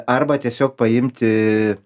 arba tiesiog paimti